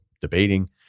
debating